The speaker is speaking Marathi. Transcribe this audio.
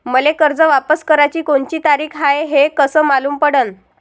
मले कर्ज वापस कराची कोनची तारीख हाय हे कस मालूम पडनं?